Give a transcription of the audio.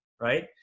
right